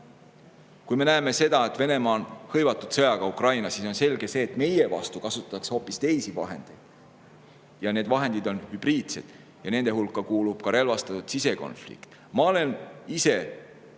Kui me näeme, et Venemaa on hõivatud sõjaga Ukrainas, siis on selge, et meie vastu kasutatakse hoopis teisi vahendeid. Need vahendid on hübriidsed ja nende hulka kuulub ka relvastatud sisekonflikt. Ma olen ise